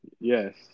Yes